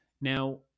Now